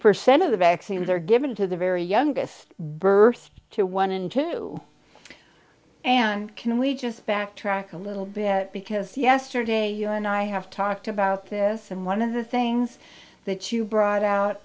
percent of the vaccines are given to the very youngest burst to one in two and can we just backtrack a little bit because yesterday you and i have talked about this and one of the things that you brought out